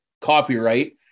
copyright